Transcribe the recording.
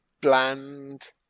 Bland